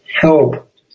help